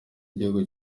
igihugu